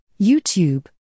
YouTube